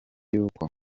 y’uko